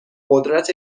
قدرت